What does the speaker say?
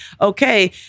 okay